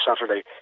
Saturday